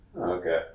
Okay